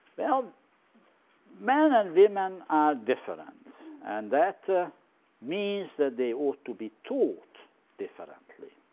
well men and women are different, and that ah means that they ought to be taught differently.